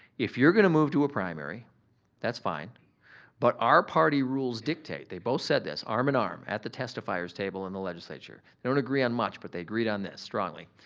if you're gonna move to a primary that's fine but our party rules dictate, they both said this, arm in arm, at the testifier's table in the legislature, they don't agree on much but they agreed on this, strongly.